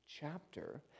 chapter